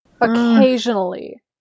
Occasionally